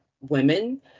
women